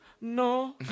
No